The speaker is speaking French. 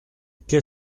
qu’est